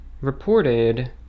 reported